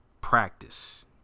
practice